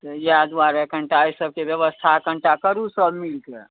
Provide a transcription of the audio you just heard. तऽ इएह दुआरे कनिटा एहि सबके व्यवस्था कनिटा करू सब मिलके